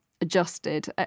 adjusted